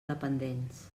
dependents